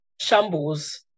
shambles